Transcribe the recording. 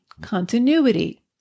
continuity